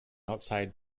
outside